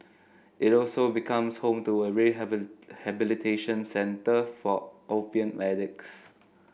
it also becomes home to a centre for opium addicts